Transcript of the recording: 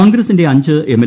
കോൺഗ്രസിന്റെ അഞ്ച് എംഎൽ